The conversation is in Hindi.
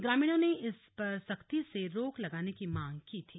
ग्रामीणों ने इस पर सख्ती से रोक लगाने की मांग की थी